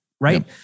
right